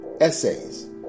essays